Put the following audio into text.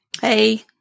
Hey